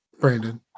Brandon